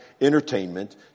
entertainment